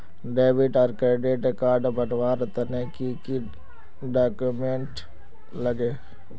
Debit आर credit card बनवार तने की की डॉक्यूमेंट लागे?